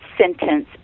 sentence